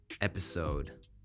episode